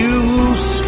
use